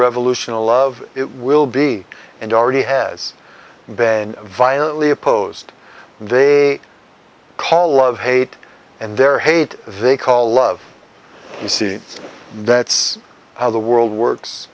revolution a lot of it will be and already has been violently opposed they call love hate and their hate they call love you see that's how the world works